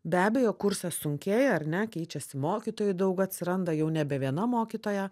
be abejo kursassunkėja ar ne keičiasi mokytojų daug atsiranda jau nebe viena mokytoja